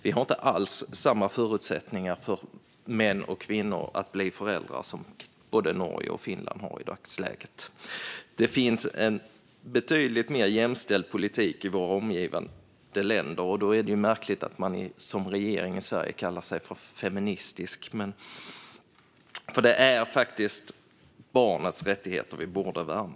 Vi har inte alls de förutsättningar för män och kvinnor att bli föräldrar som både Norge och Finland har i dagsläget. Det finns en betydligt mer jämställd politik i våra omgivande länder, och då är det ju märkligt att man som regering i Sverige kallar sig feministisk. Det är faktiskt barnets rättigheter vi borde värna.